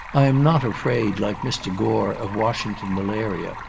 i am not afraid, like mr. gore, of washington malaria,